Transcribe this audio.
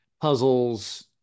puzzles